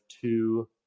two